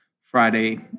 Friday